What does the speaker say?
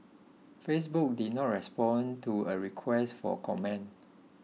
Facebook did not respond to a request for comment